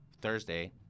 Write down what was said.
Thursday